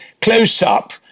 close-up